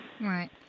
Right